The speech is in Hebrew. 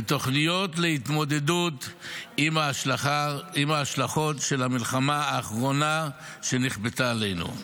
ותוכניות להתמודדות עם ההשלכות של המלחמה האחרונה שנכפתה עלינו.